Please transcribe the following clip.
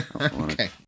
Okay